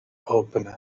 openen